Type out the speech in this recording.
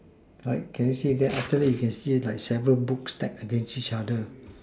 like can you see that after that you can see it seven books stacked together